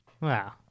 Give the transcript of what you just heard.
Wow